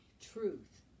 truth